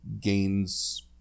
gains